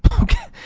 okay,